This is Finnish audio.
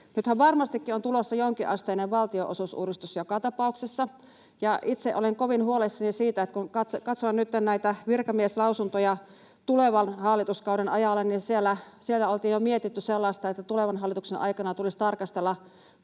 Nythän varmastikin on tulossa jonkinasteinen valtionosuusuudistus joka tapauksessa, ja itse olen kovin huolissani siitä, että kun katsoin nyt näitä virkamieslausuntoja tulevan hallituskauden ajalle, niin siellä oltiin jo mietitty sellaista, että tulevan hallituksen aikana tulisi tarkastella